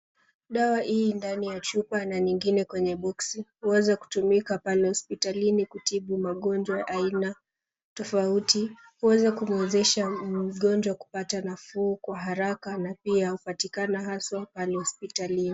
Dawa hii ndani ya chupa na nyingine kwenye boksi. Huweza kutumika pale hospitalini kutibu magonjwa ya aina tofauti. Huweza kumwezesha mgonjwa kupata nafuu kwa haraka na pia upatikana haswa pale hospitalini.